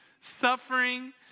suffering